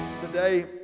Today